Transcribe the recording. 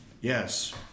Yes